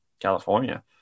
California